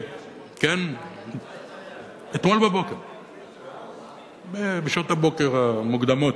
אתמול בשעות הבוקר המוקדמות.